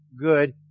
good